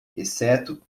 exceto